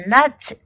Nuts